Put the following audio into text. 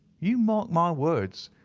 you mark my words,